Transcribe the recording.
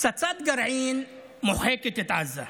פצצת גרעין מוחקת את עזה.